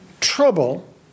trouble